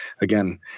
again